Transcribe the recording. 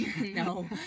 No